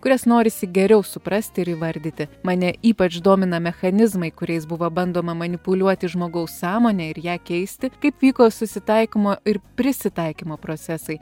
kurias norisi geriau suprasti ir įvardyti mane ypač domina mechanizmai kuriais buvo bandoma manipuliuoti žmogaus sąmone ir ją keisti kaip vyko susitaikymo ir prisitaikymo procesai